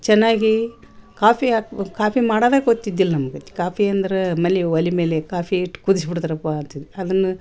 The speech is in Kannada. ಚೆನ್ನಾಗಿ ಕಾಫಿ ಹಾಕ್ಬೇಕ್ ಕಾಫಿ ಮಾಡೋದೇ ಗೊತ್ತಿದ್ದಿಲ್ಲ ನಮಗೆ ಕಾಫಿ ಅಂದ್ರ ಮಲಿ ಒಲಿ ಮೇಲೆ ಕಾಫಿ ಇಟ್ಟು ಕುದಸ್ಬಿಡ್ತ್ರಪ್ಪ ಅಂತಿದ್ರ ಅದನ್ನ